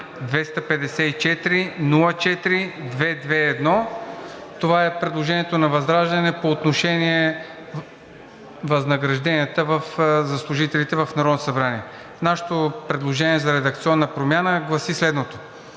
47-254-04-221. Това е предложението на ВЪЗРАЖДАНЕ по отношение възнагражденията за служителите в Народното събрание. Нашето предложение за редакционна промяна гласи следното: